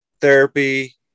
therapy